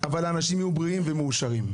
אבל אנשים יהיו בריאים ומאושרים.